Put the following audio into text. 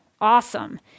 Awesome